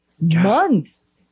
Months